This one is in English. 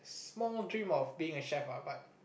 small dream of being a chef lah but